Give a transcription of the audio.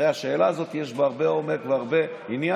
הרי השאלה הזאת, יש בה הרבה עומק והרבה עניין,